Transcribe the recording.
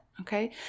okay